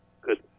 good